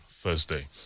Thursday